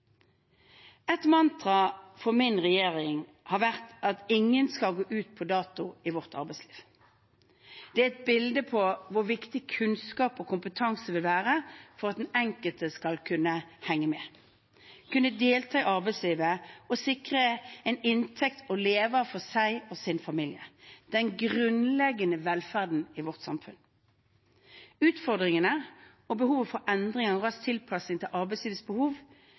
Et mantra for min regjering har vært at ingen skal gå ut på dato i vårt arbeidsliv. Det er et bilde på hvor viktig kunnskap og kompetanse vil være for at den enkelte skal kunne henge med, kunne delta i arbeidslivet og sikre en inntekt å leve av for seg og sin familie – den grunnleggende velferden i vårt samfunn. Utfordringene og behovet for endring og rask tilpasning til arbeidslivets behov